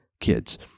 kids